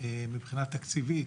מבחינה תקציבית,